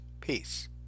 Peace